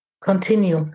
Continue